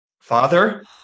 Father